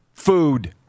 food